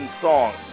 song